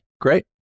great